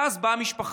ואז באה המשפחה.